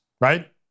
right